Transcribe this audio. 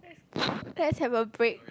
let's have a break